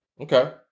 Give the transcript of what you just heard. Okay